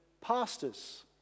pastors